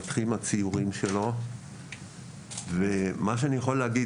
הציורים שלו מתפתחים ומה שאני יכול להגיד